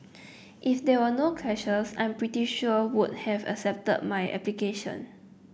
if there were no clashes I'm pretty sure would have accepted my application